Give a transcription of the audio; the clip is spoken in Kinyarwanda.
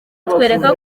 itwereka